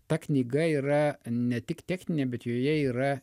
ta knyga yra ne tik techninė bet joje yra